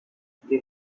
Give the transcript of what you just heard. the